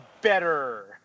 better